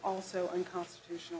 also unconstitutional